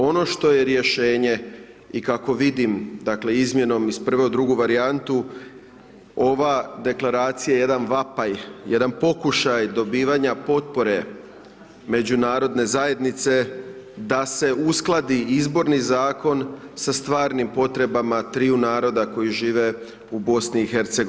Ono što je rješenje i kako vidim, dakle, izmjenom iz prve u drugu varijantu, ova Deklaracija je jedan vapaj, jedan pokušaj dobivanja potpore međunarodne zajednice da se uskladi Izborni zakon sa stvarnim potrebama triju naroda koji žive u BiH.